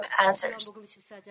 answers